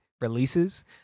releases